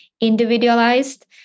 individualized